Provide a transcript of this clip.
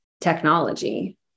technology